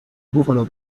buffalo